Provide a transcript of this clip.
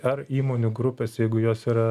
ar įmonių grupės jeigu jos yra